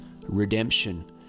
redemption